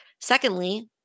Secondly